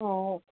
অঁ